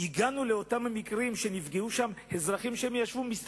הגענו למקרים שנפגעו בהם אזרחים, הם ישבו, מסתבר,